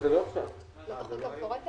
אין תקציב, ואנחנו לא יודעים מה יהיה ספטמבר.